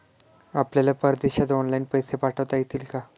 आपल्याला परदेशात ऑनलाइन पैसे पाठवता येतील का?